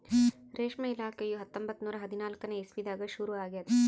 ರೇಷ್ಮೆ ಇಲಾಖೆಯು ಹತ್ತೊಂಬತ್ತು ನೂರಾ ಹದಿನಾಲ್ಕನೇ ಇಸ್ವಿದಾಗ ಶುರು ಆಗ್ಯದ್